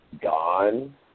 gone